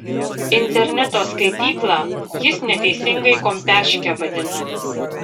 interneto skaityklą jis neteisingai kompiaške vadina